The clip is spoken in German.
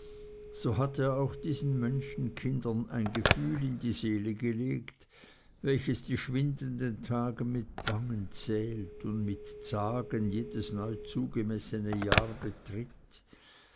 so hat er auch diesen menschenkindern ein gefühl in die seele gelegt welches die schwindenden tage mit bangen zählt und mit zagen jedes neu zugemessene jahr